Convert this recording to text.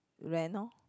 rent orh